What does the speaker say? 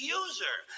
user